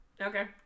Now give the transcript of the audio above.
Okay